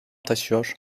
taşıyor